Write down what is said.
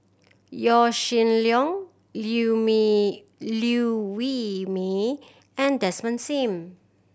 Yaw Shin Leong Liew Wee Liew Wee Mee and Desmond Sim